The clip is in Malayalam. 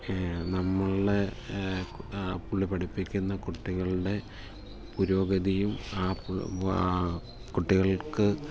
നമ്മളുടെ ആ പുള്ളി പഠിപ്പിക്കുന്ന കുട്ടികളുടെ പുരോഗതിയും ആ കുട്ടികൾക്ക്